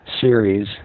series